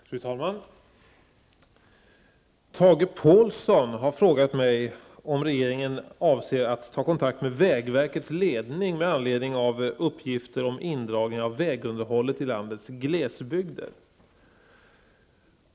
Fru talman! Tage Påhlsson har frågat mig om regeringen avser att ta kontakt med vägverkets ledning med anledning av uppgifter om indragningar av vägunderhållet i landets glesbygder.